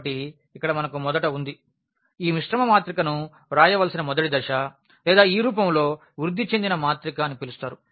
కాబట్టి మనకు ఇక్కడ మొదట ఉన్నది ఈ మిశ్రమ మాత్రికను వ్రాయవలసిన మొదటి దశ లేదా ఈ రూపంలో వృద్ధి చెందిన మాత్రిక అని పిలుస్తారు